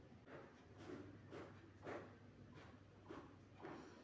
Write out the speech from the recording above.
मक्याच्या पिकावरील अळी घालवण्यासाठी काय करावे लागेल?